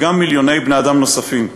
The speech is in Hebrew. וגם מיליוני בני-אדם נוספים,